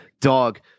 dog